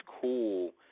cool